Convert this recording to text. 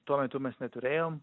tuo metu mes neturėjom